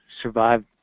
survive